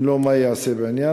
2. אם לא, מה ייעשה בעניין?